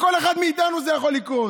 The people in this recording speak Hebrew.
לכל אחד מאיתנו זה יכול לקרות.